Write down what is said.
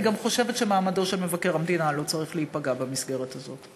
אני גם חושבת שמעמדו של מבקר המדינה לא צריך להיפגע במסגרת הזאת.